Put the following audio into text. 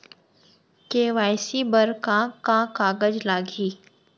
KYC बर का का कागज लागही?